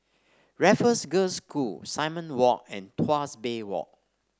Raffles Girls' School Simon Walk and Tuas Bay Walk